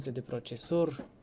the processor